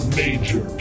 major